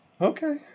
Okay